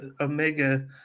Omega